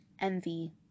envy